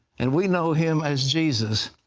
and we know him as jesus,